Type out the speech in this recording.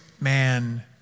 man